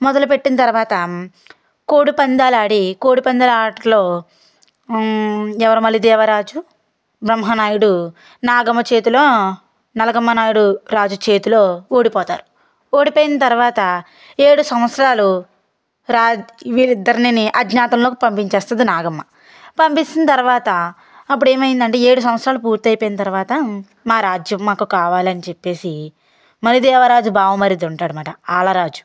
మొదలు పెట్టిన తర్వాత కోడి పందాలు ఆడి కోడి పందాలు ఆటలో ఎవరి మలిదేవరాజు బ్రహ్మనాయుడు నాగమ్మ చేతిలో నలగామ నాయుడు రాజు చేతిలో ఓడిపోతారు ఓడిపోయిన తర్వాత ఏడు సంవత్సరాలు రా వీరిద్దరిని అజ్ఞాతంలోకి పంపించేస్తుంది నాగమ్మ పంపించిన తర్వాత అప్పుడు ఏమైంది అంటే ఏడు సంవత్సరాలు పూర్తయిపోయిన తర్వాత మా రాజ్యం మాకు కావాలని చెప్పేసి మలిదేవరాజు బావమరిది ఉంటడనమాట ఆలరాజు